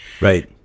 right